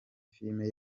filime